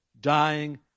dying